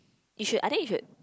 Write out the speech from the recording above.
you should I think you should